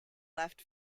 left